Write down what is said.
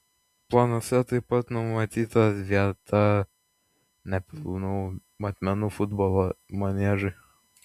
planuose taip pat numatyta vieta nepilnų matmenų futbolo maniežui